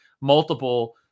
multiple